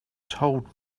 told